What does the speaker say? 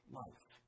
life